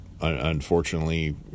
Unfortunately